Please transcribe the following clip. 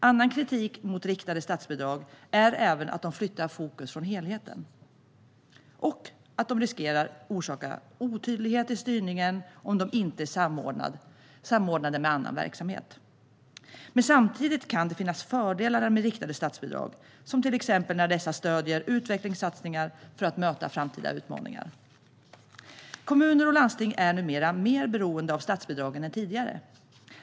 Annan kritik mot riktade statsbidrag är att de flyttar fokus från helheten och att de riskerar att orsaka otydlighet i styrningen om de inte är samordnade med annan verksamhet. Samtidigt kan det dock finnas fördelar med riktade statsbidrag, till exempel när dessa stöder utvecklingssatsningar för att möta framtida utmaningar. Kommuner och landsting är numera mer beroende av statsbidragen än tidigare.